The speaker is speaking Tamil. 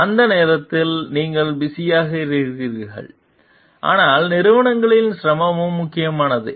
எனவே அந்த நேரத்தில் நீங்கள் பிஸியாக இருக்கிறீர்கள் ஆனால் நிறுவனங்களின் சிரமமும் முக்கியமானது